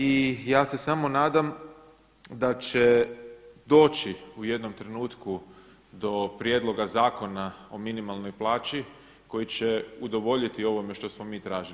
I ja se samo nadam da će doći u jednom trenutku do prijedloga zakona o minimalnoj plaći koji će udovoljiti ovome što smo mi tražili.